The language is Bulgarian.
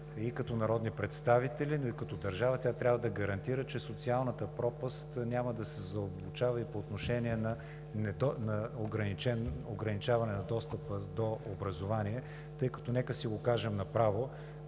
и като народни представители, но и като държава – тя трябва да гарантира, че социалната пропаст няма да се задълбочава и по отношение на ограничаване на достъпа до образование, тъй като, нека си го кажем направо,